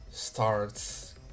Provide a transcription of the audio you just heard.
Starts